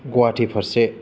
गवाहाटि फारसे